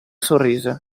sorrise